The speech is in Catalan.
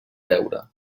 deure